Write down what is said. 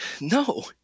No